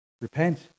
Repent